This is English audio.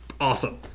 Awesome